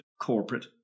corporate